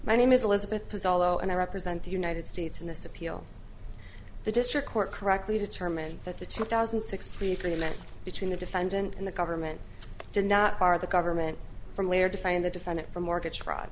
my name is elizabeth pacelle and i represent the united states in this appeal the district court correctly determined that the two thousand and six pre agreement between the defendant and the government did not bar the government from later to find the defendant for mortgage fraud